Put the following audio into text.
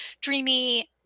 dreamy